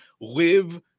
live